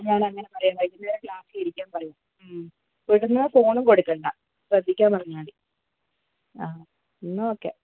വീട്ടീന്ന് ഫോണ് കൊടുക്കണ്ട ശ്രദ്ധിക്കാൻ പറഞ്ഞാൽ മതി എന്നാൽ ഓക്കേ